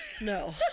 no